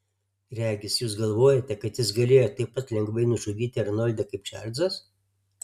regis jūs galvojate kad jis galėjo taip pat lengvai nužudyti arnoldą kaip čarlzas